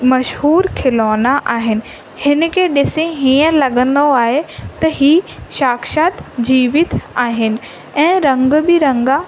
मशहूरु खिलौना आहिनि हिन खे ॾिसी हीअं लॻंदो आहे त हीउ साक्षात जीवित आहिनि ऐं रंग बिरंगा